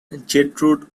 gertrude